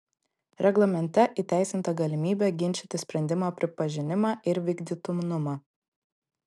reglamente įteisinta galimybė ginčyti sprendimo pripažinimą ir vykdytinumą